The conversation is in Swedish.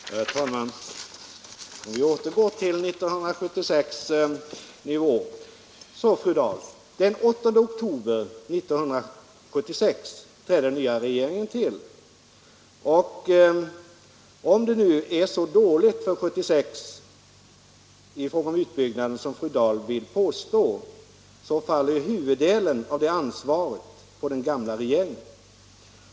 Herr talman! Om vi skall diskutera 1976 års nivå, fru Dahl, så var det den 8 oktober 1976 som den nya regeringen trädde till, och om resultatet i fråga om utbyggnaden 1976 är så dåligt som fru Dahl vill påstå faller huvuddelen av ansvaret för det på den gamla regeringen.